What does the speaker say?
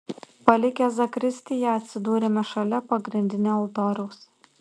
palikę zakristiją atsidūrėme šalia pagrindinio altoriaus